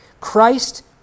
Christ